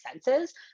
senses